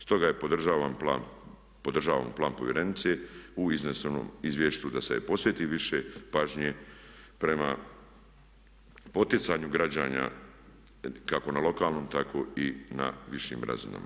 Stoga i podržavam plan povjerenice u iznesenom izvješću da se posveti više pažnje prema poticanju građana kako na lokalnom, tako i na višim razinama.